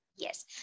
Yes